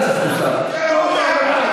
אתם פוחדים ממנו?